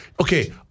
okay—